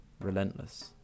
relentless